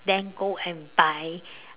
then go and buy